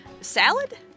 salad